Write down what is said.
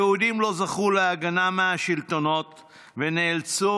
היהודים לא זכו להגנה מהשלטונות ונאלצו